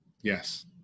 yes